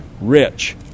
rich